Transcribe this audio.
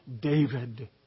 David